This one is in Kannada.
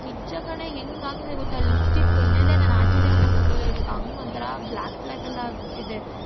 ನಿಜ ಕಣೇ ಹೆಂಗ್ ಆಗಿದೆ ಗೊತ್ತಾ ಲಿಪ್ಸ್ಟಿಕ್ ಇಲ್ಲದೆ ನಾನು ಆಚೆಯೇ ಹೋಗೋಕ್ಕಾಗಲ್ಲ ಇವಾಗ ಹಂಗೆ ಒಂಥರ ಬ್ಲ್ಯಾಕ್ ಬ್ಲ್ಯಾಕೆಲ್ಲ ಆಗಿಬಿಟ್ಟಿದೆ